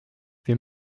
wir